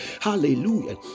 hallelujah